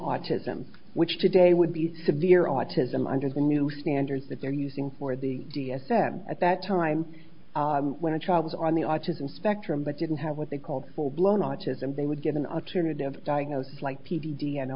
autism which today would be severe autism under the new standards that they're using for the d s m at that time when a child was on the autism spectrum but didn't have what they called full blown autism they would give an alternative diagnosis like p d d